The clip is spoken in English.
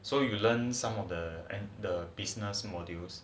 so you learn some of the and the business modules